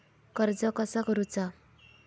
कर्ज कसा करूचा?